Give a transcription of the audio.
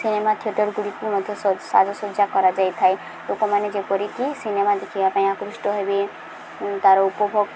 cinema ଥିଏଟର୍ଗୁଡ଼ିକୁ ମଧ୍ୟ ସାଜସଜ୍ଜା କରାଯାଇଥାଏ ଲୋକମାନେ ଯେମିତି ସିନେମା ଦେଖିବା ପାଇଁ ଆକୃଷ୍ଟ ହେବେ ତାର ଉପଭୋଗ